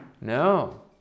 No